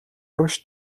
урагш